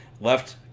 left